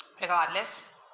Regardless